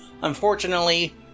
Unfortunately